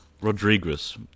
Rodriguez